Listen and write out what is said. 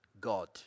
God